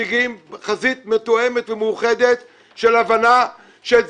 מציגים חזית מתואמת ומאוחדת של הבנה שאת